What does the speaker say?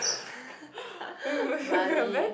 Bali